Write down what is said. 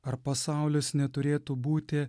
ar pasaulis neturėtų būti